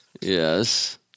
yes